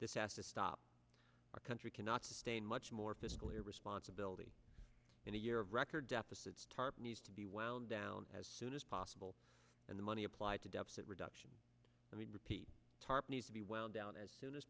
this has to stop our country cannot sustain much more fiscal irresponsibility in a year of record deficits tarp needs to be wound down as soon as possible and the money applied to deficit reduction i mean repeat tarp needs to be wound down as soon as